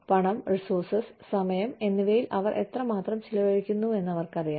പണം റിസോഴ്സ് സമയം എന്നിവയിൽ അവർ എത്രമാത്രം ചെലവഴിക്കുന്നുവെന്ന് അവർക്കറിയാം